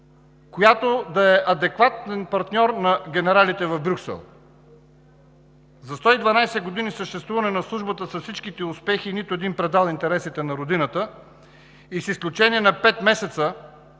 която да е адекватен партньор на генералите в Брюксел. За 112 години съществуване на Службата с всичките й успехи и нито един предал интересите на Родината, с изключение на 5 месеца,